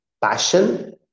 passion